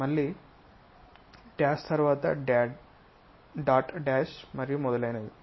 మళ్ళీ డాష్ తరువాత dot dash మరియు మొదలైనవి